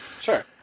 Sure